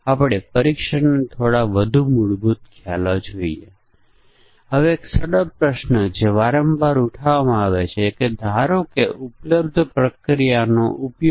અને તે જ રીતે આ બંને વચ્ચે જ્યાં સુધી તે અડધાથી વધુ ભરેલું હોય અને તે ઘરેલું ઉડાન હોય ત્યાં સુધી કે આપણે બેઠક દીઠ 3000 કરતા વધારે છે કે નહીં તે જોતાં નથી અને ભોજન પીરસીએ છીયે